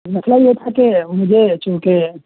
مسئلہ یہ تھا کہ مجھے چونکہ